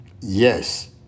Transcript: Yes